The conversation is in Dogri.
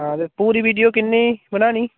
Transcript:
हां ते पूरी वीडियो किन्नी बनानी